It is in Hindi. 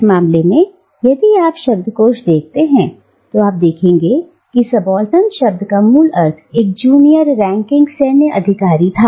इस मामले में यदि आप शब्दकोश देखते हैं तो आप देखेंगे कि सबाल्टर्न शब्द का मूल अर्थ एक जूनियर रैंकिंग सैन्य अधिकारी था